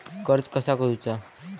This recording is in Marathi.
कर्ज कसा करूचा?